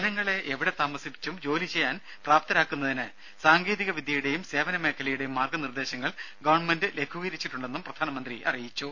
ജനങ്ങളെ എവിടെ താമസിച്ചും ജോലി ചെയ്യാൻ പ്രാപ്തരാക്കുന്നതിന് സാങ്കേതിക വിദ്യയുടെയും സേവന മേഖലയുടെയും മാർഗ നിർദ്ദേശങ്ങൾ ഗവൺമെന്റ് ലഘൂകരിച്ചിട്ടുണ്ടെന്നും പ്രധാനമന്ത്രി അറിയിച്ചു